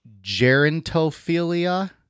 Gerontophilia